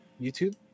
YouTube